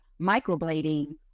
microblading